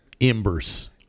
Embers